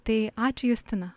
tai ačiū justina